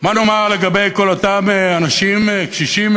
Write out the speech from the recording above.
מה נאמר לגבי כל אותם אנשים קשישים,